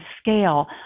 scale